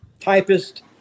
typist